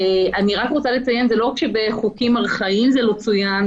אני רק רוצה לציין שזה לא רק שבחוקים ארכאיים זה לא צוין,